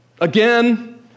Again